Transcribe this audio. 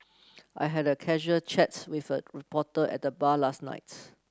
I had a casual chat with a reporter at the bar last night